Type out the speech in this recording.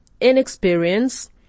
inexperience